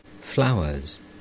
Flowers